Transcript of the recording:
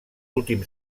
últim